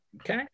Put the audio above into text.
okay